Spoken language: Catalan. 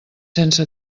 sense